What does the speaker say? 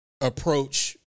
approach